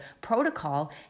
protocol